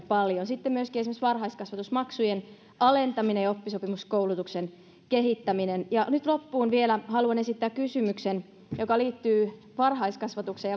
paljon sitten myöskin esimerkiksi varhaiskasvatusmaksujen alentaminen ja oppisopimuskoulutuksen kehittäminen nyt loppuun vielä haluan esittää kysymyksen joka liittyy varhaiskasvatukseen